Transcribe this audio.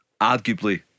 arguably